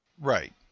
Right